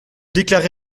déclaré